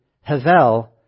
havel